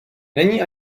není